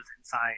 inside